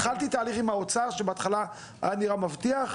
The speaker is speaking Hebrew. התחלתי תהליך עם האוצר שבהתחלה היה נראה מבטיח,